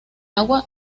agua